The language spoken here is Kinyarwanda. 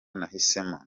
nahisemo